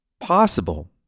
possible